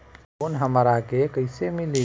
Loan हमरा के कईसे मिली?